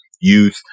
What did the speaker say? youth